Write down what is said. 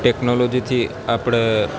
ટેકનોલોજીથી આપણે